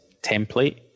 template